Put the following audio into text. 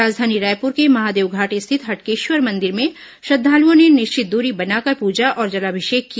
राजधानी रायपुर के महादेवघाट स्थित हटकेश्वर मंदिर में श्रद्वालुओं ने निश्चित दूरी बनाकर पूजा और जलाभिषेक किया